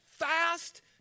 fast